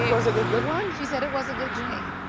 was it a good one? she said it was a good dream,